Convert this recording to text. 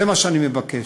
זה מה שאני מבקש.